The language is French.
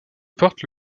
porte